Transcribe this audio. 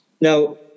now